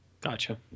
Gotcha